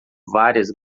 várias